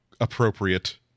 appropriate